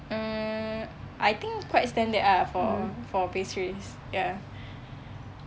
mm I think quite standard ah for for pastries ya